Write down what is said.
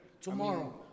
tomorrow